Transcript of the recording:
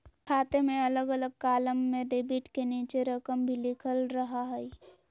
खाते में अलग अलग कालम में डेबिट के नीचे रकम भी लिखल रहा हइ